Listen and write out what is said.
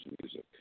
music